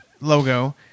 logo